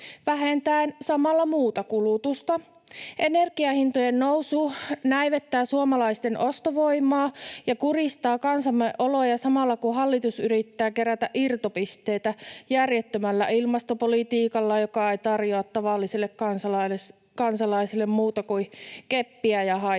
vähentäen samalla muuta kulutusta. Energiahintojen nousu näivettää suomalaisten ostovoimaa ja kurjistaa kansamme oloja samalla, kun hallitus yrittää kerätä irtopisteitä järjettömällä ilmastopolitiikalla, joka ei tarjoa tavallisille kansalaisille muuta kuin keppiä ja haittaveroja.